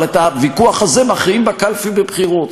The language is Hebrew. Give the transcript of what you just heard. אבל את הוויכוח הזה מכריעים בקלפי בבחירות.